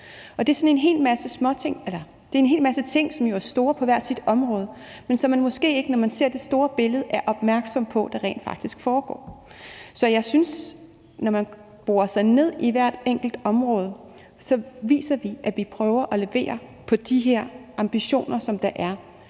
en hel masse ting, som jo er store på hvert sit område, men som man måske ikke, når man ser det store billede, er opmærksom på rent faktisk foregår. Så jeg synes, at når man borer sig ned i hvert enkelt område, viser vi, at vi prøver at levere på de ambitioner, der er.